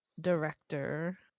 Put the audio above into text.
director